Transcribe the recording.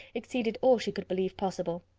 exceeded all she could believe possible.